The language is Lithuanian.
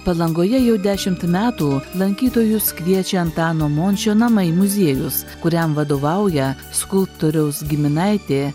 palangoje jau dešimt metų lankytojus kviečia antano mončio namai muziejus kuriam vadovauja skulptoriaus giminaitė